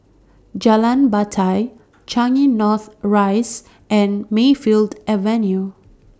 Jalan Batai Changi North Rise and Mayfield Avenue